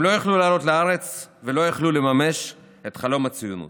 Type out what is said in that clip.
הם לא יכלו לעלות לארץ ולא יכלו לממש את חלום הציונות.